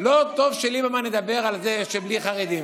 לא טוב שרק ליברמן ידבר על זה שבלי חרדים.